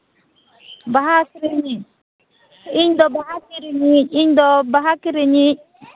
ᱵᱟᱦᱟ ᱟᱹᱠᱷᱨᱤᱧᱤᱡ ᱤᱧᱫᱚ ᱵᱟᱦᱟ ᱠᱤᱨᱤᱧᱤᱡ ᱤᱧᱫᱚ ᱵᱟᱦᱟ ᱠᱤᱨᱤᱧᱤᱡ